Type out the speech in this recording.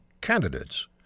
candidates